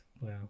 Wow